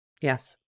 yes